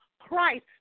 Christ